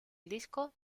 disco